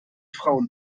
frauen